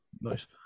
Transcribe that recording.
nice